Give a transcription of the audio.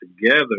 together